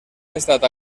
estat